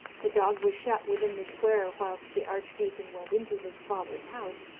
the dog was shut within the square whilst the archdeacon went into his father's house,